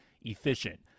efficient